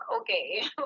Okay